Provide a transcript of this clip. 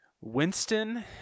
Winston